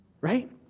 Right